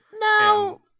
no